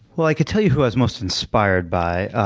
well, i could tell you who i was most inspired by.